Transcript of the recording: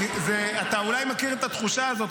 אתה אולי מכיר את התחושה הזאת,